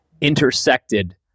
intersected